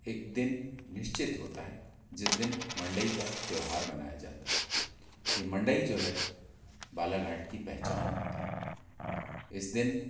एक दिन निश्चित होता है जिस दिन मंडई का त्यौहार मनाया जाता है यह मंडई जो है बालाघाट की पहचान होती हैं इस दिन